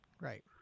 Right